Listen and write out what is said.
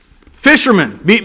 Fishermen